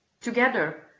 together